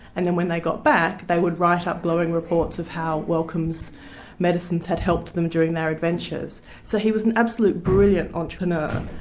and then when they got back, they would write up glowing reports of how wellcome's medicines had helped them during their adventures. so he was an absolute brilliant entrepreneur.